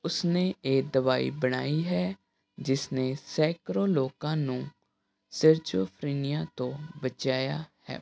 ਉਸ ਨੇ ਇਹ ਦਵਾਈ ਬਣਾਈ ਹੈ ਜਿਸ ਨੇ ਸੈਂਕੜੋ ਲੋਕਾਂ ਨੂੰ ਸਿਰਚੋਫਰੀਨੀਆ ਤੋਂ ਬਚਾਇਆ ਹੈ